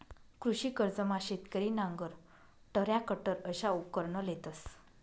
कृषी कर्जमा शेतकरी नांगर, टरॅकटर अशा उपकरणं लेतंस